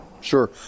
sure